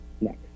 next